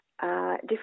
different